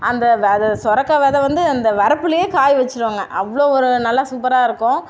அந்த அது சொரைக்கா வெதை வந்து அந்த வரப்பில் காய் வச்சிடுவாங்க அவ்வளோ ஒரு நல்லா சூப்பராக இருக்கும்